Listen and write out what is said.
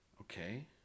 Okay